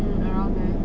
mm around there